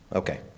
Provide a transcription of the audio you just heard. okay